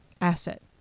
asset